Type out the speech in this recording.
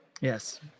Yes